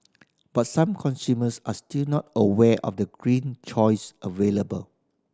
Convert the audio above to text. but some consumers are still not aware of the green choice available